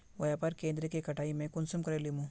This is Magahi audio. व्यापार केन्द्र के कटाई में कुंसम करे लेमु?